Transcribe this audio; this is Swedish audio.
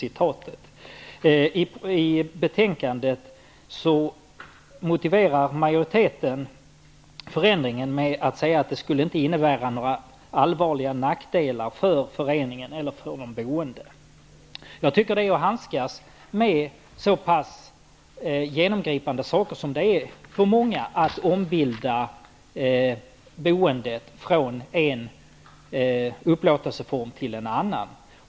I betänkandet motiverar majoriteten förändringen med att säga att det inte skulle innebära några allvarliga nackdelar för föreningen eller för de boende. Jag tycker det är att handskas dåligt med så pass genomgripande saker som det är för många att ombilda boendet från en upplåtelseform till en annan.